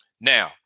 Now